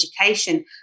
education